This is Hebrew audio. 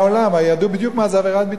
ידעו בדיוק מה זו עבירת ביטחון.